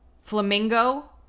Flamingo